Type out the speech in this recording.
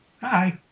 Hi